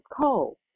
cold